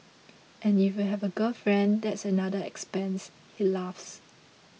and if you have a girlfriend that's another expense he laughs